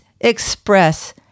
express